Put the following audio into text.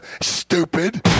stupid